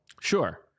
Sure